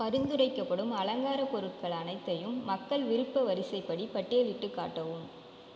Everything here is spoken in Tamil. பரிந்துரைக்கப்படும் அலங்கார பொருட்கள் அனைத்தையும் மக்கள் விருப்ப வரிசைப்படி பட்டியலிட்டு காட்டவும்